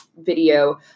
video